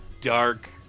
dark